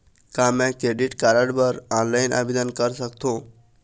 का मैं credit card बर ऑनलाइन आवेदन कर सकथों?